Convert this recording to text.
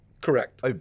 Correct